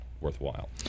Worthwhile